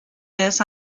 this